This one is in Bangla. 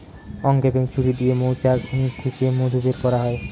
অংক্যাপিং ছুরি দিয়ে মৌচাক থিকে মধু বের কোরা হয়